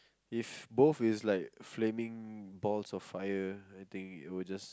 if both is like flaming balls of fire I think it will just